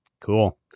cool